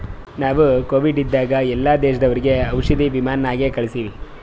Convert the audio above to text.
ನಾವು ಕೋವಿಡ್ ಇದ್ದಾಗ ಎಲ್ಲಾ ದೇಶದವರಿಗ್ ಔಷಧಿ ವಿಮಾನ್ ನಾಗೆ ಕಳ್ಸಿವಿ